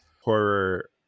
horror